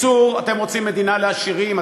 בקיצור, אתם רוצים מדינה לעשירים?